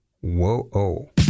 Whoa-Oh